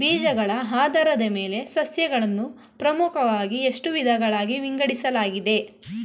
ಬೀಜಗಳ ಆಧಾರದ ಮೇಲೆ ಸಸ್ಯಗಳನ್ನು ಪ್ರಮುಖವಾಗಿ ಎಷ್ಟು ವಿಧಗಳಾಗಿ ವಿಂಗಡಿಸಲಾಗಿದೆ?